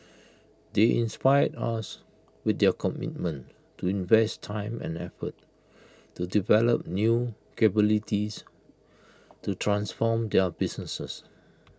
they inspire us with their commitment to invest time and effort to develop new capabilities to transform their businesses